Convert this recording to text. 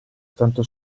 tanto